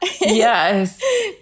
Yes